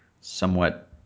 somewhat